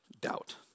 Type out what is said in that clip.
doubt